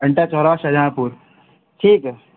انٹا چوراہا شاہجہاں پور ٹھیک ہے